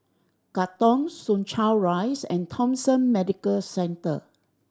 Katong Soo Chow Rise and Thomson Medical Center